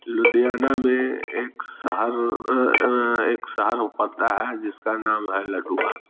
लुधियाना में एक शहर एक शहर वो पड़ता है जिसका नाम है लाडवा